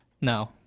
No